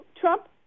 Trump